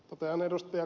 totean ed